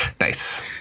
Nice